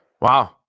Wow